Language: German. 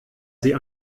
sie